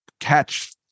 catch